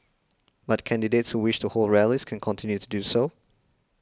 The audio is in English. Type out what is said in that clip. but candidates who wish to hold rallies can continue to do so